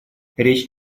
речь